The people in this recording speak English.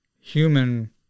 human